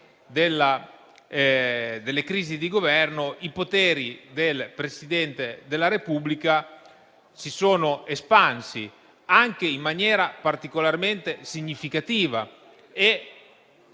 delle crisi di Governo, i poteri del Presidente della Repubblica si sono espansi in maniera particolarmente significativa.